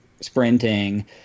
sprinting